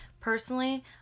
Personally